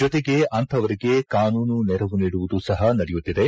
ಜೊತೆಗೆ ಅಂಥವರಿಗೆ ಕಾನೂನು ನೆರವು ನೀಡುವುದು ಸಹ ನಡೆಯುತ್ತಿದೆ